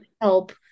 help